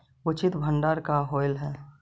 उचित भंडारण का होव हइ?